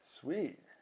Sweet